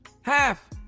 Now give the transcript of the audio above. Half